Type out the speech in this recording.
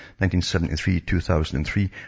1973-2003